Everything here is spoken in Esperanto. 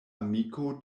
amiko